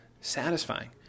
satisfying